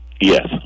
Yes